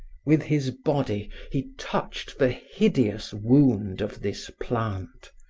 with his body he touched the hideous wound of this plant.